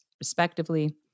respectively